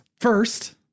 first